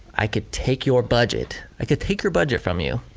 i could take your budget, i could take your budget from you